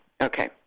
Okay